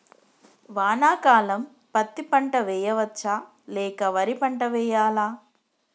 వానాకాలం పత్తి పంట వేయవచ్చ లేక వరి పంట వేయాలా?